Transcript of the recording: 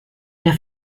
der